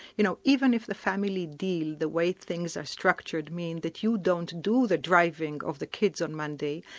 you know even if the family deal, the way things are structured, mean that you don't do the driving of the kids on monday,